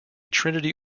trinity